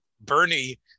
Bernie